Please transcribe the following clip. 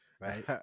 right